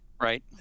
right